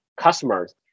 customers